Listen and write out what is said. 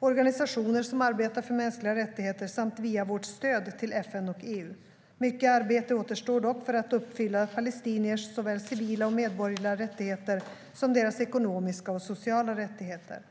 organisationer som arbetar för mänskliga rättigheter samt via vårt stöd till FN och EU. Mycket arbete återstår dock för att uppfylla palestiniers såväl civila och medborgerliga rättigheter som deras ekonomiska och sociala rättigheter.